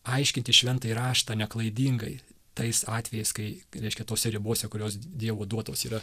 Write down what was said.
aiškinti šventąjį raštą neklaidingai tais atvejais kai reiškia tose ribose kurios dievo duotos yra